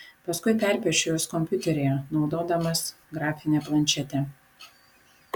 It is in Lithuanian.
paskui perpiešiu juos kompiuteryje naudodamas grafinę planšetę